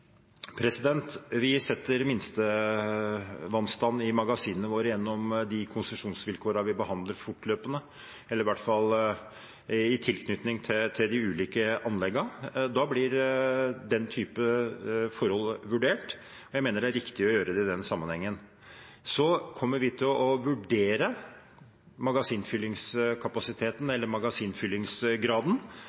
Vi setter minste vannstand i magasinene våre gjennom de konsesjonsvilkårene vi behandler fortløpende, eller i hvert fall i tilknytning til de ulike anleggene. Da blir den typen forhold vurdert, og jeg mener det er riktig å gjøre det i den sammenhengen. Så kommer vi til å vurdere magasinfyllingskapasiteten eller magasinfyllingsgraden